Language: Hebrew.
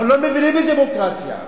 אנחנו לא מבינים בדמוקרטיה.